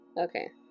Okay